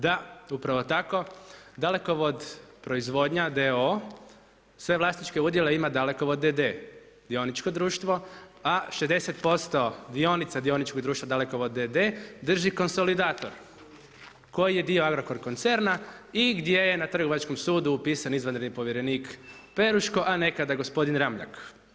Dakle, upravo tako, Dalekovod proizvodnja d.o.o. sve vlasničke udjele ima Dalekovod d.d. dioničko društvo, a 60% dionica dioničkog društva Dalekovod d.d. drži konsolidator, koji je dio Agrokor koncerna i gdje je na trgovačkom sudu upisan izvanredni povjerenik Peruško, a nekada gospodin Ramljak.